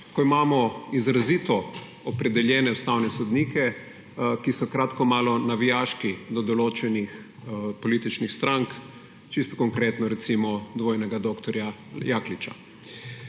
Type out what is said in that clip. ko imamo izrazito opredeljene ustavne sodnike, ki so kratko malo navijaški do določenih političnih strank, čisto konkretno, recimo, dvojnega doktorja Jakliča.